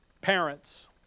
Parents